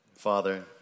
Father